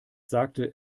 sagte